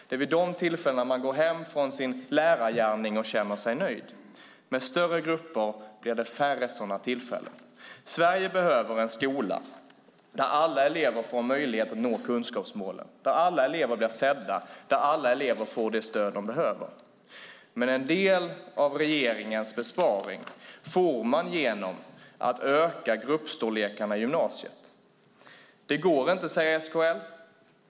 Det är vid de tillfällena man går hem från sin lärargärning och känner sig nöjd. Med större grupper blir det färre sådana tillfällen. Sverige behöver en skola där alla elever får möjlighet att nå kunskapsmålen, där alla elever blir sedda och där alla elever får det stöd de behöver. En del av regeringens besparing får man genom att öka gruppstorlekarna i gymnasiet. Det går inte, säger SKL.